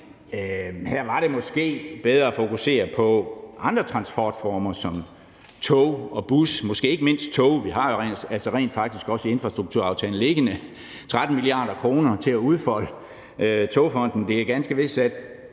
Her var det måske bedre at fokusere på andre transportformer som tog og bus, måske ikke mindst tog. Vi har jo rent faktisk også infrastrukturaftalen liggende – 13 mia. kr. til at udfolde. Togfonden DK blev ganske vist